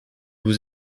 vous